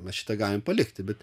va šitą galim palikti bet